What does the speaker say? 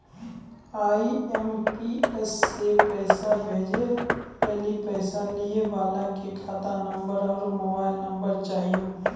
IMPS से पैसा भेजै लेली पैसा लिये वाला के खाता नंबर आरू मोबाइल नम्बर चाहियो